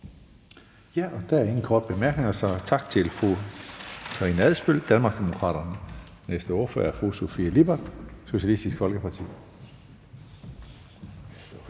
Der er ingen korte bemærkninger, så tak til fru Karina Adsbøl, Danmarksdemokraterne. Den næste ordfører er fru Sofie Lippert, Socialistisk Folkeparti.